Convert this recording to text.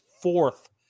fourth